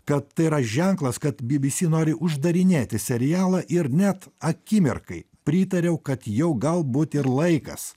kad tai yra ženklas kad bbc nori uždarinėti serialą ir net akimirkai pritariau kad jau galbūt ir laikas